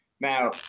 Now